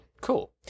Cool